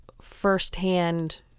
firsthand